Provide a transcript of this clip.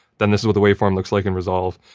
then this is what the waveform looks like in resolve,